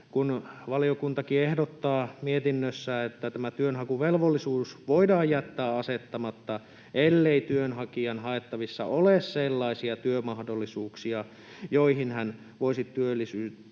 kun valiokuntakin ehdottaa mietinnössään, että tämä työnhakuvelvollisuus voidaan jättää asettamatta, ellei työnhakijan haettavissa ole sellaisia työmahdollisuuksia, joihin hän voisi työllistyä,